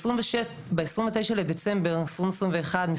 ב-29 בדצמבר 2021,